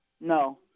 No